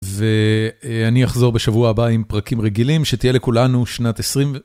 ואני אחזור בשבוע הבא עם פרקים רגילים שתהיה לכולנו שנת 20